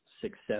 success